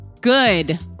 good